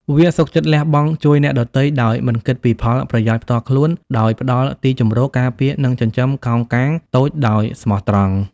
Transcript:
វាសុខចិត្តលះបង់ជួយអ្នកដទៃដោយមិនគិតពីផលប្រយោជន៍ផ្ទាល់ខ្លួន ដោយផ្តល់ទីជម្រក ការពារ និងចិញ្ចឹមកោងកាងតូចដោយស្មោះត្រង់។